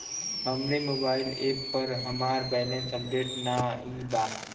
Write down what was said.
हमरे mobile app पर हमार बैलैंस अपडेट नाई बा